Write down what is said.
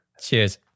Cheers